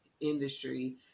industry